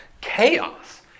chaos